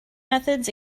methods